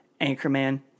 Anchorman